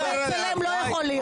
לצלם, לא יכול להיות.